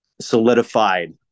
solidified